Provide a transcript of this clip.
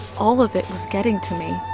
all of it was getting to me.